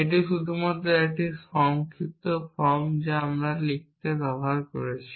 এটি শুধুমাত্র একটি সংক্ষিপ্ত ফর্ম যা আমরা লিখতে ব্যবহার করেছি